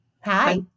Hi